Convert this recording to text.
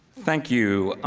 thank you.